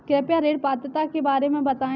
कृपया ऋण पात्रता के बारे में बताएँ?